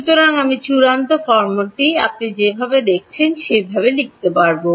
সুতরাং আমি চূড়ান্ত ফর্মটি লিখব যে আপনি ঠিক আছেন